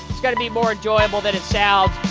it's going to be more enjoyable than it sounds,